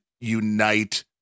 unite